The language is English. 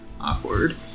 Awkward